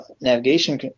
navigation